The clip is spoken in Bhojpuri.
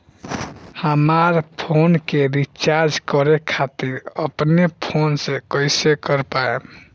हमार फोन के रीचार्ज करे खातिर अपने फोन से कैसे कर पाएम?